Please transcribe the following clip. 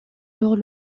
leur